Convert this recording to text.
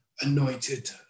anointed